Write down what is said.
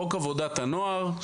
חוק עבודת הנוער,